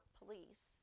police